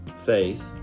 faith